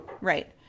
right